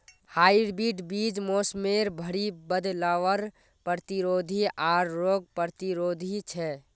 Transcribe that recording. hybrid बीज मोसमेर भरी बदलावर प्रतिरोधी आर रोग प्रतिरोधी छे